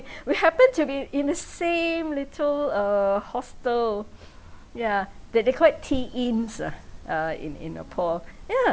we happened to be in the same little uh hostel yeah they they call it tea inns ah uh in in nepal ya